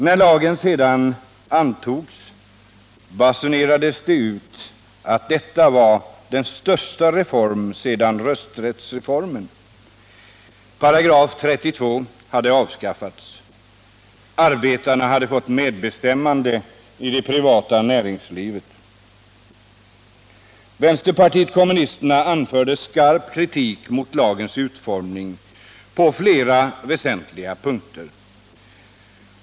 När lagen sedan antogs basunerades det ut att detta var den största reformen sedan rösträttsreformen: § 32 hade avskaffats — arbetarna hade fått medbestämmande i det privata näringslivet. Vänsterpartiet kommunisterna anförde skarp kritik mot lagens utformning på flera väsentliga punkter.